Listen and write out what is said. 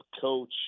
coach